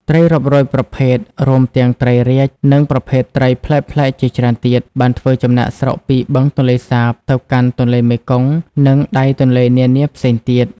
ត្រីរាប់រយប្រភេទ រួមទាំង ត្រីរាជ និងប្រភេទត្រីប្លែកៗជាច្រើនទៀត បានធ្វើចំណាកស្រុកពីបឹងទន្លេសាបទៅកាន់ទន្លេមេគង្គ និងដៃទន្លេនានាផ្សេងទៀត។